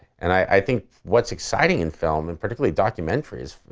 and i think what's exciting in film, and particularly documentaries,